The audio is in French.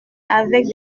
avec